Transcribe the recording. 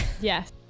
Yes